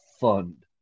fund